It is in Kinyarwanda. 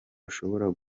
ashobora